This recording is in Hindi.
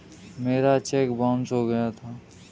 मेरा चेक बाउन्स हो गया था